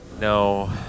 No